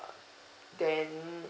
then